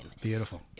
Beautiful